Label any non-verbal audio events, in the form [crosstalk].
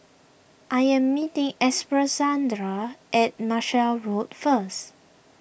I am meeting [unintelligible] at Marshall Road first